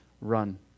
run